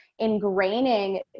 ingraining